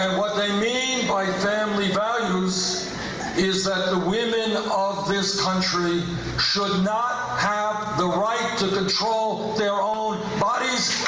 what they mean by family values is that the women of this country should not have the right to control their own bodies.